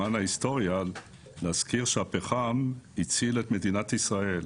למען ההיסטוריה: הפחם הציל את מדינת ישראל.